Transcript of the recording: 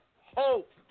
hope